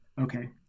Okay